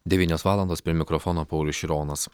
devynios valandos prie mikrofono paulius šironas